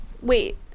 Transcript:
Wait